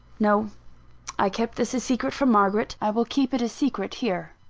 no i kept this a secret from margaret i will keep it a secret here.